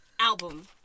album